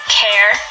care